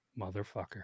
Motherfucker